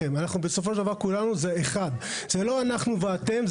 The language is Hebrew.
בסופו של דבר- כולנו זה אחד; זה לא אנחנו ואתם.